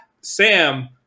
Sam